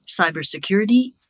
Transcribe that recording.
cybersecurity